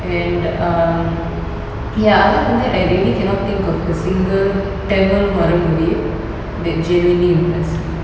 and um ya other than that I really cannot think of a single tamil horror movie that genuinely impressed me